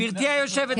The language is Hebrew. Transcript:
גברתי יושבת הראש,